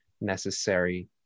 necessary